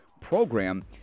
program